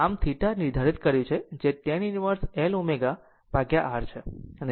આમ θ એ નિર્ધારિત કર્યું છે જે tan inverse L ω R છે